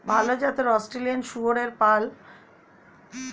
ভাল জাতের অস্ট্রেলিয়ান শূকরের পালন করা কী লাভ জনক?